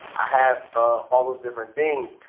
i have ah all those different things.